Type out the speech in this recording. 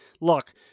look